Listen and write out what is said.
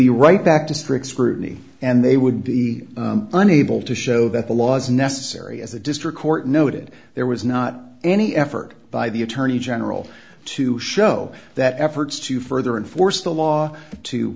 be right back to strict scrutiny and they would be unable to show that the laws necessary as a district court noted there was not any effort by the attorney general to show that efforts to further and force the law to